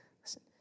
listen